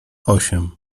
osiem